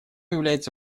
является